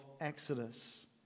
Exodus